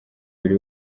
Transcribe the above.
buri